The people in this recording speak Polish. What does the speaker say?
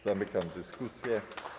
Zamykam dyskusję.